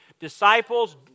Disciples